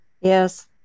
Yes